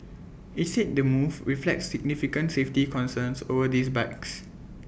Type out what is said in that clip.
IT said the move reflects significant safety concerns over these bikes